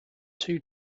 two